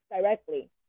directly